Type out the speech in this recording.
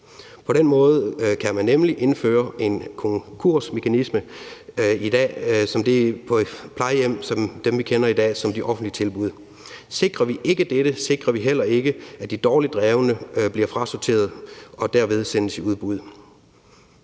På den måde kan man nemlig indføre en konkursmekanisme på plejehjem som dem, vi i dag kender som de offentlige tilbud. Sikrer vi ikke dette, sikrer vi heller ikke, at de dårligt drevne bliver frasorteret og derved sendes i udbud.